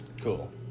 Cool